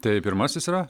tai pirmasis yra